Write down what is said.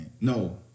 No